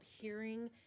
hearing